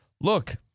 look